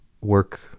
work